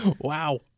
Wow